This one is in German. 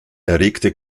erregte